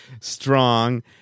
strong